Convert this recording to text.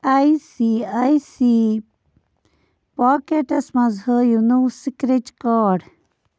I C I C pockets منٛز ہٲوِو نوٚو سِکرٮ۪چ کارڑ